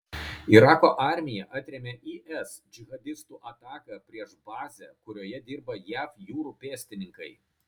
irako armija atrėmė is džihadistų ataką prieš bazę kurioje dirba jav jūrų pėstininkai